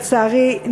לצערי,